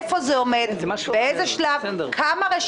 כבר לא רק בור תקציבי, מדובר בבולען".